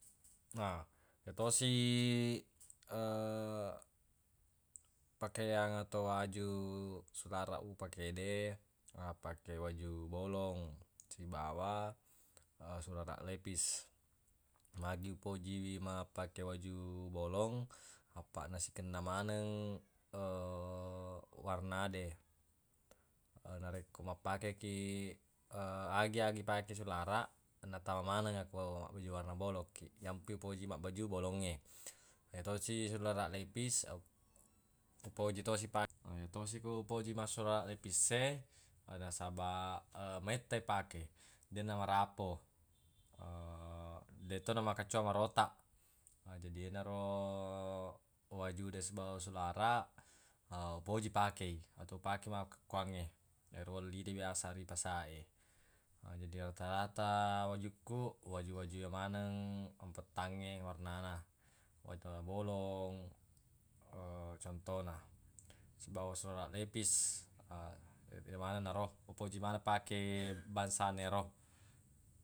Na yetosi pakeang atau waju sularaq upake de mapake waju bolong sibawa sularaq lepis magi upojiwi mapake waju bolong apaq na sikenna maneng warna de e narekko mappake kiq agi-agi ipake sularaq natama maneng ko mabbaju warna bolong kiq nampi upoji mabbaju bolongnge yetosi sularaq lepis upoji tosi pake yetosi ko upoji pake sularaq lepis e nasabaq mettai ipake deq namarapo detto makecco marotaq na jadi yenaro wahu de sibawa sularaq upoji pakei atau upakei makkukuangnge yero welli de biasa ri pasa e jadi rata-rata wajukku waju-waju yemaneng mapettangnge warnana warna bolong contona sibawa sularaq lepis yemaneng naro upoji maneng pake bangsana yero.